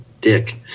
dick